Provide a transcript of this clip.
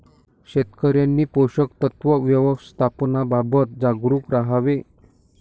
शेतकऱ्यांनी पोषक तत्व व्यवस्थापनाबाबत जागरूक राहावे